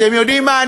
אתם יודעים מה?